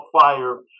fire